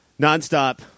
nonstop